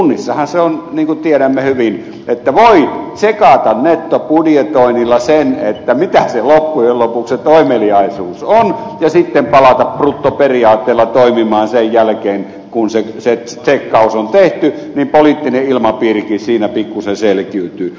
kunnissahan se on niin kuin tiedämme hyvin että voi tsekata nettobudjetoinnilla sen mitä loppujen lopuksi se toimeliaisuus on ja sitten palata bruttoperiaatteella toimimaan sen jälkeen kun se tsekkaus on tehty niin poliittinen ilmapiirikin siinä pikkuisen selkiytyy